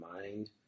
mind